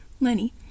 Lenny